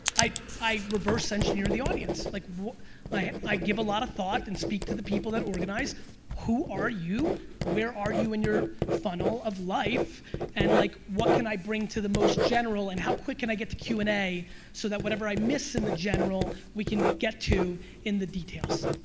i i reverse engineer the audience, like i give a lot of thought and speak to the people that organize who are you where are you in your funnel of life and like what can i bring to the most general and how quick can i get to q and a so that whatever i miss in the general we can get to in the details?